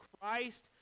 Christ